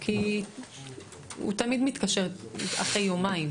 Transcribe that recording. כי הוא תמיד מתקשר אחרי יום,